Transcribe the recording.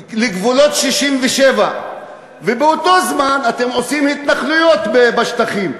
לגבולות 67' ובאותו זמן אתם עושים התנחלויות בשטחים.